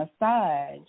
massage